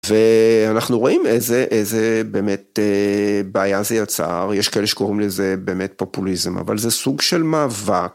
ואנחנו רואים איזה באמת בעיה זה יצר, יש כאלה שקוראים לזה באמת פופוליזם, אבל זה סוג של מאבק.